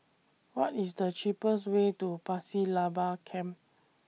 What IS The cheapest Way to Pasir Laba Camp